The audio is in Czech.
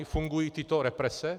Fungují tyto represe?